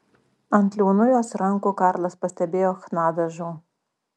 ant liaunų jos rankų karlas pastebėjo chna dažų